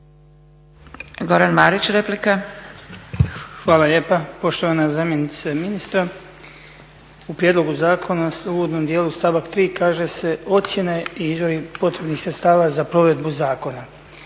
Goran (HDZ)** Hvala lijepa. Poštovana zamjenice ministra, u prijedlogu zakon ste u uvodnom dijelu, stavak 3. kaže se "Ocjene iz ovih potrebnih sredstava za provedbu zakona."